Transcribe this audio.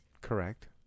Correct